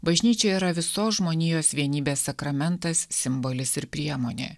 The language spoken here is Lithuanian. bažnyčia yra visos žmonijos vienybės sakramentas simbolis ir priemonė